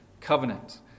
covenant